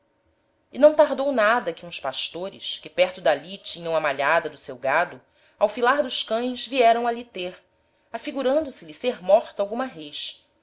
e não tardou nada que uns pastores que perto d'ali tinham a malhada do seu gado ao filar dos cães vieram ali ter afigurando se lhe ser morta alguma rês